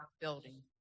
building